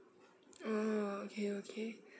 oh okay okay